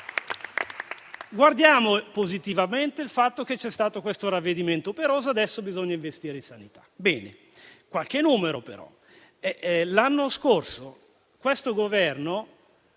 Guardiamo positivamente al fatto che c'è stato questo ravvedimento operoso e che adesso bisogna investire in sanità.